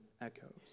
echoes